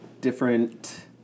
different